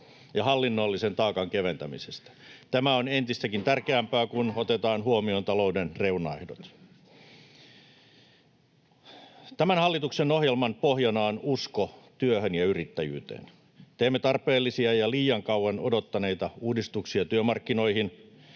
ja hallinnollisen taakan keventämisestä. Tämä on entistäkin tärkeämpää, kun otetaan huomioon talouden reunaehdot. Tämän hallituksen ohjelman pohjana on usko työhön ja yrittäjyyteen. Teemme tarpeellisia ja liian kauan odottaneita uudistuksia työmarkkinoihin,